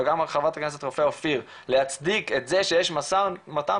וגם על חברת הכנסת רופא אופיר להצדיק את זה שיש משא ומתן,